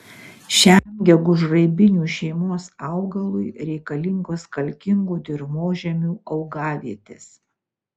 šiam gegužraibinių šeimos augalui reikalingos kalkingų dirvožemių augavietės